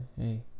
Hey